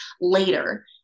later